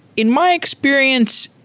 in my experience,